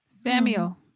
Samuel